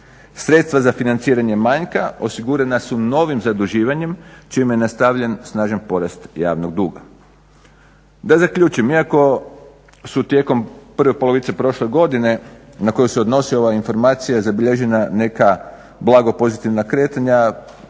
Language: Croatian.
Sredstva za financiranje manjka osigurana su novim zaduživanjem čime je nastavljen snažan porast javnog duga. Da zaključim iako su tijekom prve polovice prošle godine na koju se odnosi ova informacija zabilježena neka blago pozitivna kretanja